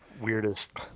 weirdest